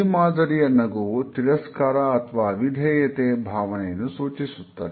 ಈ ಮಾದರಿಯ ನಗುವು ತಿರಸ್ಕಾರ ಅಥವಾ ಅವಿಧೇಯತೆ ಭಾವನೆಯನ್ನು ಸೂಚಿಸುತ್ತದೆ